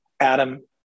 Adam